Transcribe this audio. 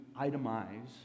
itemize